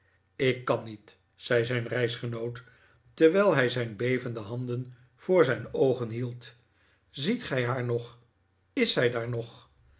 ik kan niet zei zijn reisgenoot terwijl hij zijn bevende handen voor zijn oogen hield ziet gij haar nog is zij daar nog